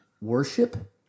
worship